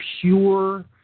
pure